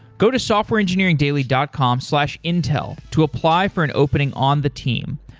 go to softwareengineeringdaily dot com slash intel to apply for an opening on the team.